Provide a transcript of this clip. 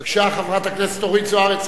בבקשה, חברת הכנסת אורית זוארץ,